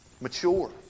Mature